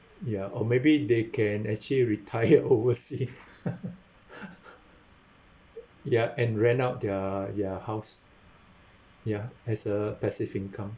ya or maybe they can actually retire oversea ya and rent out their their house ya as a passive income